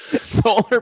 Solar